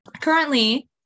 Currently